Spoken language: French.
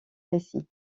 récits